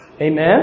Amen